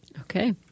Okay